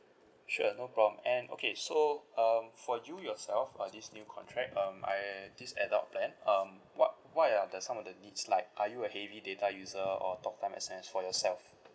sure no problem and okay so um for you yourself uh this new contract um I this adult plan um what what are the some of the needs like are you a heavy data user or talk time S_M_S for yourself